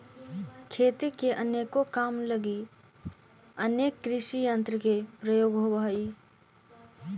खेती के अनेको काम लगी अनेक कृषियंत्र के प्रयोग होवऽ हई